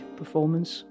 performance